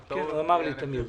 בסדר.